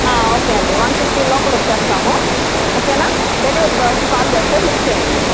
okay అండీ one fifteen లోపల వచ్చేస్తాము ఓకేనా డెలివరీ బాయ్ వచ్చి కాల్ చేస్తాడు లిఫ్ట్ చేయండి